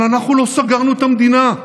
אבל אנחנו לא סגרנו את המדינה.